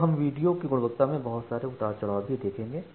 तो हम वीडियो की गुणवत्ता में बहुत सारे उतार चढ़ाव भी देखेंगे